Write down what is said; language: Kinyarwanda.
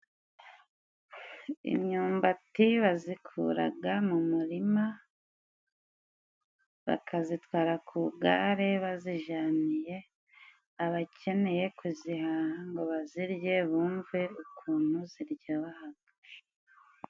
Imyumbati bazikuraga mu murima, bakazitwara ku gare bazijaniye abakeneye kuzihaha ngo bazirye bumve ukuntu ziryoha.